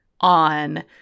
on